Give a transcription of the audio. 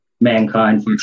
Mankind